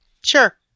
sure